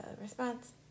response